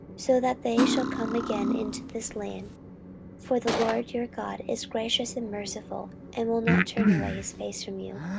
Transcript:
so that they shall come again into this land for the lord your god is gracious and merciful, and will not turn away his face from you,